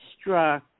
struck